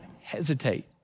hesitate